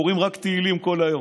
הם קוראים רק תהילים כל היום.